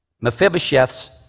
Mephibosheth's